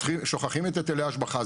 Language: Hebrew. שוכחים את היטלי ההשבחה,